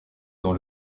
dans